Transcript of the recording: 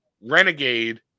Renegade